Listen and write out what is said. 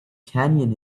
canyon